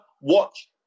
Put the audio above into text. watch